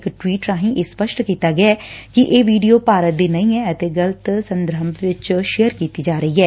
ਇਕ ਟਵੀਟ ਰਾਹੀਂ ਇਹ ਸਪੱਸ਼ਟ ਕੀਤਾ ਗੈ ਕਿ ਇਹ ਵੀਡੀਓ ਭਾਰਤ ਦੀ ਨਹੀਂ ਐ ਅਤੇ ਗਲਤ ਸੰਦਰਭ ਵਿਚ ਸੇਅਰ ਕੀਤੀ ਜਾ ਰਹੀ ਐ